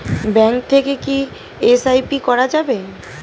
Bank থেকে কী SIP করা যাবে?